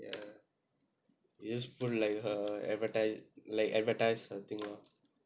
ya we just put like her advertise like advertise her thing lah